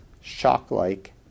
shock-like